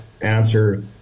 answer